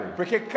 porque